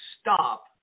stop